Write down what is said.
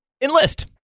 Enlist